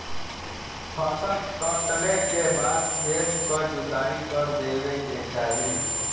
फसल कटले के बाद खेत क जोताई कर देवे के चाही